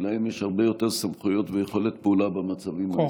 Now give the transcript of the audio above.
כי להם יש הרבה יותר סמכויות ויכולת פעולה במצבים האלה.